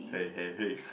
hey hey hey